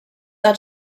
are